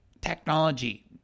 technology